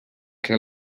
què